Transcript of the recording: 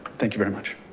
thank you very much.